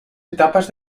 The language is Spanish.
etapas